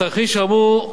בתרחיש האמור,